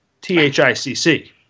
t-h-i-c-c